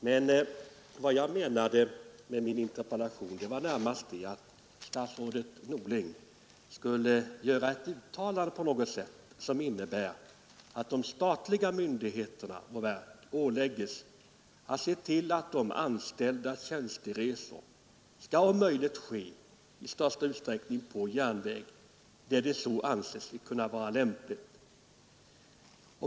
Men vad jag menade med min interpellation var närmast att statsrådet Norling på något sätt skulle göra ett uttalande som innebär att de statliga myndigheterna och verken åläggs att se till att deras tjänsteresor skall ske i största utsträckning på järnväg där det så anses kunna vara lämpligt.